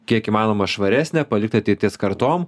kiek įmanoma švaresnę palikti ateities kartom